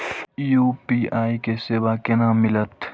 UPI के सेवा केना मिलत?